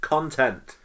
Content